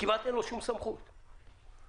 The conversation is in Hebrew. אין לו שום סמכות כמעט.